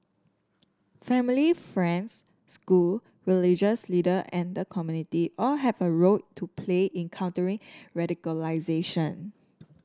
family friends school religious leader and the community all have a role to play in countering radicalisation